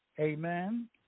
amen